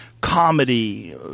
comedy